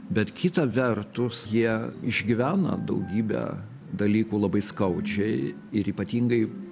bet kita vertus jie išgyvena daugybę dalykų labai skaudžiai ir ypatingai